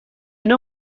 نوع